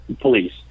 police